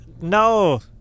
No